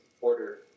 Order